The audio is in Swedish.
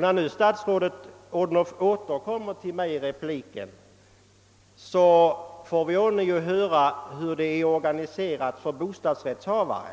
När statsrådet Odhnoff återkommer i en replik får vi ånyo höra hur stödet är organiserat för bostadsrättsinnehavaren.